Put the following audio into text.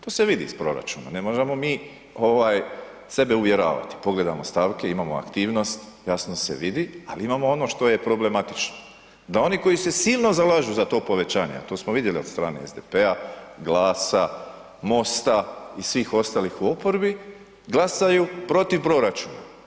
To se vidi iz proračuna, ne moramo mi sebe uvjeravati, pogledamo stavke, imamo aktivnost, jasno se vidi ali imamo ono što je problematično da oni koji se silno zalažu za to povećanje a to smo vidjeli od strane SDP-a, GLAS-a, MOST-a i svih ostalih u oporbi glasaju protiv proračuna.